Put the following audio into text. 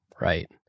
Right